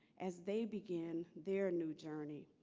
as they begin their new journey.